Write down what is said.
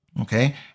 Okay